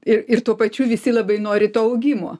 ir ir tuo pačiu visi labai nori to augimo